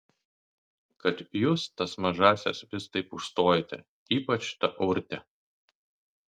kad jūs tas mažąsias vis taip užstojate ypač tą urtę